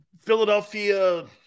Philadelphia